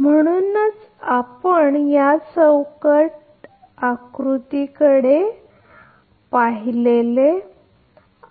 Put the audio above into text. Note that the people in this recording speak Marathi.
म्हणूनच आपण या ब्लॉक आकृती पाहिली